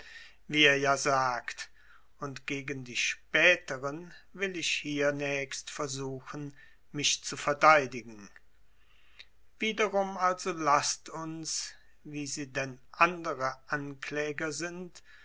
wie er ja sagt und gegen die späteren will ich hiernächst versuchen mich zu verteidigen wiederum also laßt uns wie sie denn andere ankläger sind